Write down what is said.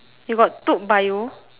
you got took bio